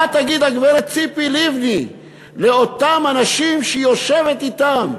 מה תגיד הגברת ציפי לבני לאותם אנשים שהיא יושבת אתם?